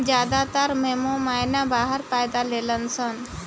ज्यादातर मेमना बाहर पैदा लेलसन